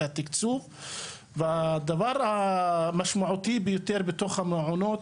התקצוב והדבר המשמעותי ביותר בתוך המעונות,